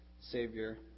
Savior